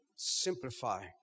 Simplify